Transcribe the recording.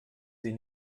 sie